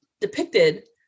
depicted